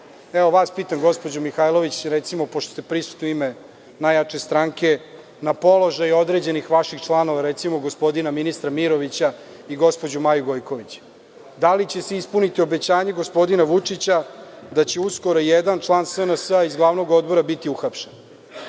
evo vas pitam gospođo Mihajlović pošto ste prisutni u ime najjače stranke, na položaj određenih vaših članova, recimo, gospodina ministra Mirovića i gospođu Maju Gojković? Da li će se ispuniti obećanje gospodina Vučića da će uskoro jedan član SNS iz Glavnog odbora biti uhapšen,